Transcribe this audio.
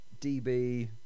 DB